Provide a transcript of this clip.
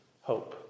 hope